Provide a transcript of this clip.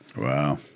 Wow